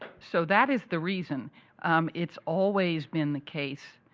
so that is the reason it's always been the case,